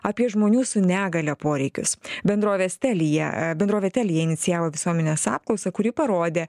apie žmonių su negalia poreikius bendrovės telia bendrovė telia inicijavo visuomenės apklausą kuri parodė